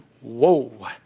whoa